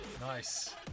Nice